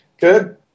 good